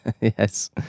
Yes